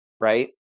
right